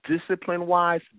discipline-wise